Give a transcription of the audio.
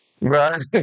Right